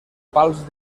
pals